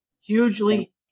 Hugely